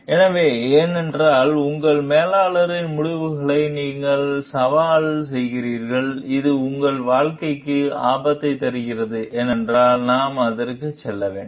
எனவே ஏனென்றால் உங்கள் மேலாளரின் முடிவுகளை நீங்கள் சவால் செய்கிறீர்கள் இது உங்கள் வாழ்க்கைக்கு ஆபத்தை தருகிறது என்றால் நாம் அதற்கு செல்ல வேண்டும்